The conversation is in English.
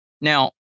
Now